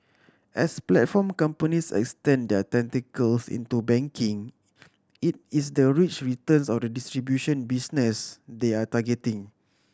as platform companies extend their tentacles into banking it is the rich returns of the distribution business they are targeting